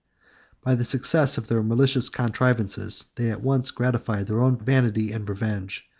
by the success of their malicious contrivances, they at once gratified their own vanity and revenge,